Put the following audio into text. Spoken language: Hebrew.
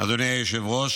אדוני היושב-ראש,